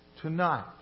Tonight